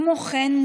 כמו כן,